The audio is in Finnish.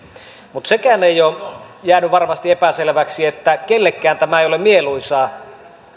mutta sekään ei ole jäänyt varmasti epäselväksi että kenellekään tämä ei ole mieluisaa